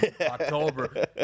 October